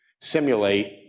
simulate